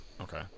Okay